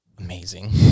amazing